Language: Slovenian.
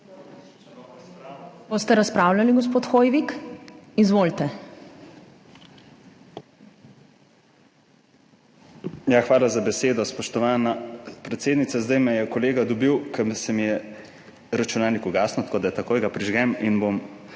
Boste razpravljali, gospod Hoivik? Izvolite. ANDREJ HOIVIK (PS SDS): Hvala za besedo, spoštovana predsednica. Zdaj me je kolega dobil, ker se mi je računalnik ugasnil, takoj ga prižgem in bom